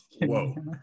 whoa